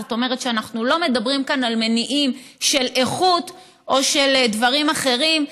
זאת אומרת שאנחנו לא מדברים כאן על מניעים של איכות או של דברים אחרים.